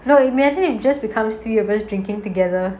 no imagine it just becomes three of us drinking together